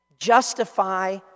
justify